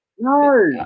No